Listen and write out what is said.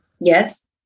Yes